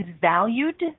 valued